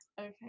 Okay